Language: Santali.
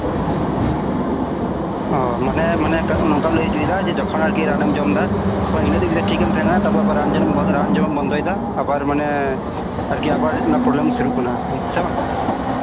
ᱚ ᱢᱟᱱᱮ ᱢᱟᱱᱮ ᱱᱚᱝᱠᱟᱢ ᱞᱟᱹᱭ ᱦᱚᱪᱚᱭᱮᱫᱟ ᱮᱠᱷᱚᱱ ᱦᱚᱸ ᱟᱨᱠᱤ ᱨᱟᱱᱮᱢ ᱡᱚᱢᱮᱫᱟ ᱛᱚᱠᱷᱚᱱ ᱤᱱᱟᱹᱜ ᱫᱤᱱ ᱜᱟᱱ ᱴᱷᱚᱠᱮᱢ ᱛᱟᱦᱮᱸᱱᱟ ᱛᱟᱨᱯᱚᱨ ᱟᱵᱟᱨ ᱨᱟᱱ ᱡᱚᱢᱮᱢ ᱵᱚᱱᱫᱚᱭᱫᱟ ᱢᱟᱱᱮ ᱟᱵᱟᱨ ᱚᱱᱟ ᱯᱚᱨᱡᱟᱭ ᱨᱮᱢ ᱥᱮᱱᱚᱜ ᱠᱟᱱᱟ ᱥᱮ ᱵᱟᱝ